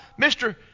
Mr